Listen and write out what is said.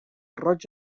roig